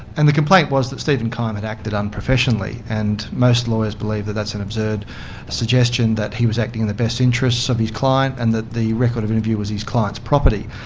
and the complaint was that stephen keim had acted unprofessionally, and most lawyers believe that that's an absurd suggestion, that he was acting in the best interests of his client and that the record of interview was his client's property.